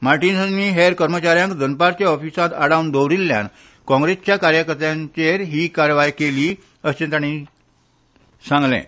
मार्टिन्स आनी हेर कर्मचा यांक दनपारचे आॅफिसांत आडावन दवरिल्ल्यान काँग्रेसीच्या कार्यकर्त्यांचेर ही कारवाय केली अशें तांणी सांगलें